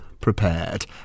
prepared